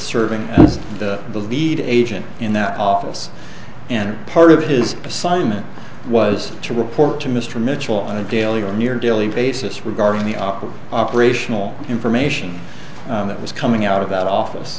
serving as the lead agent in that office and part of his assignment was to report to mr mitchell on a daily or near daily basis regarding the office operational information that was coming out of that office